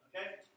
okay